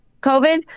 COVID